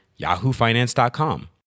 yahoofinance.com